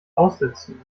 aussitzen